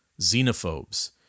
xenophobes